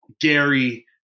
Gary